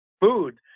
food